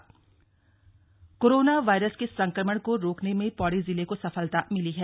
corona update Pauri corona virus के संक्रमण को रोकने में पौड़ी जिले को सफलता मिली है